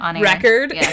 record